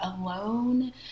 alone